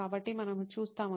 కాబట్టి మనము చూస్తాము